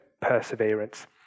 perseverance